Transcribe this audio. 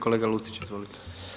Kolega Lucić, izvolite.